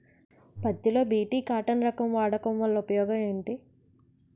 పత్తి లో BT cotton రకం వాడకం వల్ల ఉపయోగం ఏమిటి?